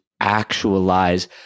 actualize